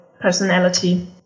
personality